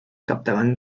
capdavant